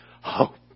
hope